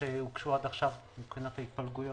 שהוגשו עד עכשיו מבחינת ההתפלגויות?